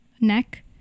neck